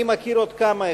אני מכיר עוד כמה.